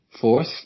fourth